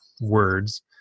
words